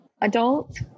adult